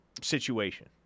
situation